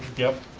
yep,